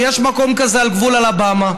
יש מקום כזה על גבול אלבמה.